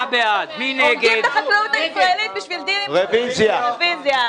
מה הבעיה להעביר ולהצביע על הרביזיה?